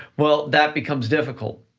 well, that becomes difficult.